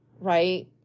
right